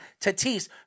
Tatis